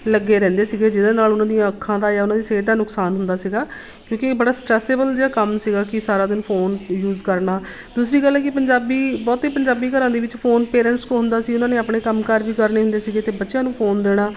ਲੱਗੇ ਰਹਿੰਦੇ ਸੀਗੇ ਜਿਹਦੇ ਨਾਲ ਉਹਨਾਂ ਦੀਆਂ ਅੱਖਾਂ ਦਾ ਜਾਂ ਉਹਨਾਂ ਦੀ ਸਿਹਤ ਦਾ ਨੁਕਸਾਨ ਹੁੰਦਾ ਸੀਗਾ ਕਿਉਂਕਿ ਇਹ ਬੜਾ ਸਟਰੈਸੇਬਲ ਜਿਹਾ ਕੰਮ ਸੀਗਾ ਕਿ ਸਾਰਾ ਦਿਨ ਫੋਨ ਯੂਜ਼ ਕਰਨਾ ਦੂਸਰੀ ਗੱਲ ਹੈ ਕਿ ਪੰਜਾਬੀ ਬਹੁਤੇ ਪੰਜਾਬੀ ਘਰਾਂ ਦੇ ਵਿੱਚ ਫੋਨ ਪੇਰੈਂਟਸ ਕੋਲ ਹੁੰਦਾ ਸੀ ਉਹਨਾਂ ਨੇ ਆਪਣੇ ਕੰਮਕਾਰ ਵੀ ਕਰਨੇ ਹੁੰਦੇ ਸੀਗੇ ਅਤੇ ਬੱਚਿਆਂ ਨੂੰ ਫੋਨ ਦੇਣਾ